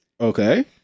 Okay